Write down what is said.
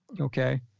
Okay